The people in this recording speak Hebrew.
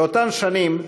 באותן שנים,